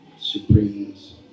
supremes